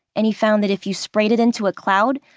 and he found that if you sprayed it into a cloud,